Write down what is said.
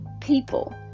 people